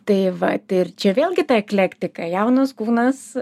tai va tai ir čia vėlgi tai eklektika jaunas kūnas